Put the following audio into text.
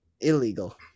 Illegal